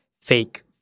fake